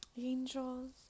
Angels